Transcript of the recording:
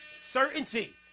certainty